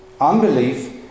unbelief